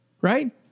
Right